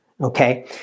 Okay